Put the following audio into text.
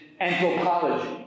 anthropology